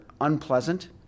unpleasant